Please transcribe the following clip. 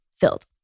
filled